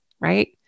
right